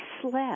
slept